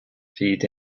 feed